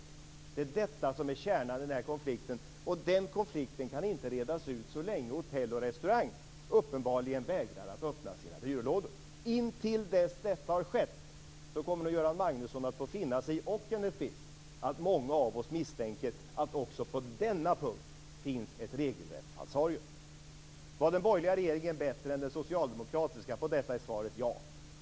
Det är detta som är kärnan i konflikten. Den konflikten kan inte redas ut så länge Hotell och Restauranganställdas Förbund uppenbarligen vägrar att öppna sina byrålådor. Intill dess detta har skett kommer Göran Magnusson och Kenneth Kvist att få finna sig i att många av oss misstänker att också på denna punkt finns ett regelrätt falsarium. Var den borgerliga regeringen bättre än den socialdemokratiska? På detta är svaret ja!